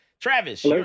Travis